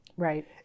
Right